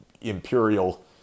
imperial